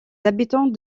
habitants